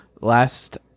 Last